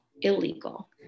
illegal